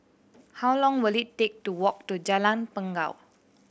how long will it take to walk to Jalan Bangau